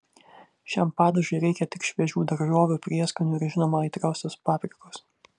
šiam padažui reikia tik šviežių daržovių prieskonių ir žinoma aitriosios paprikos